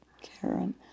Karen